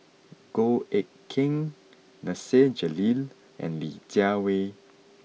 Goh Eck Kheng Nasir Jalil and Li Jiawei